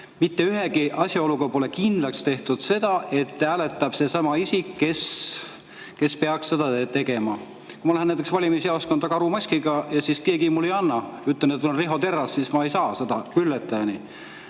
Mitte ühegi asjaoluga pole kindlaks tehtud, et hääletab seesama isik, kes peaks seda tegema. Kui ma lähen näiteks valimisjaoskonda karumaskiga ja ütlen, et olen Riho Terras, siis ma ei saa seda bülletääni.